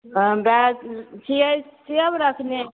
हम दैल छियै सेब रखने